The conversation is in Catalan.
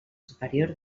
superior